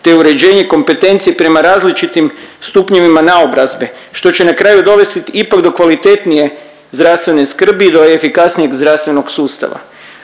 te uređenje kompetencije prema različitim stupnjevima naobrazbe što će na kraju dovesti ipak do kvalitetnije zdravstvene skrbi i do efikasnijeg zdravstvenog sustava.